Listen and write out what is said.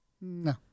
No